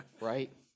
Right